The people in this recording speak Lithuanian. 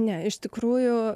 ne iš tikrųjų